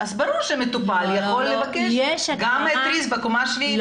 ברור שהמטופל יכול לבקש לנקות את התריס בקומה השביעית.